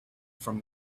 from